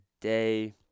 day